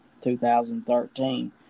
2013